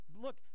Look